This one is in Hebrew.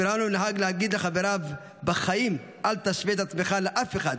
ברהנו נהג להגיד לחבריו: בחיים אל תשווה את עצמך לאף אחד,